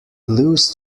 loose